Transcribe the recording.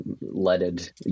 leaded